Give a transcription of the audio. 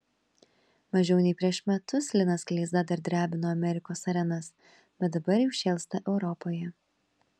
mažiau nei prieš metus linas kleiza dar drebino amerikos arenas bet dabar jau šėlsta europoje